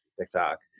TikTok